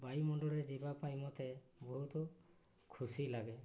ବାୟୁମଣ୍ଡରେ ଯିବା ପାଇଁ ମୋତେ ବହୁତ ଖୁସି ଲାଗେ